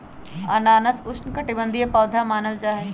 अनानास उष्णकटिबंधीय पौधा मानल जाहई